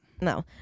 No